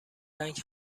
رنگ